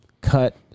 cut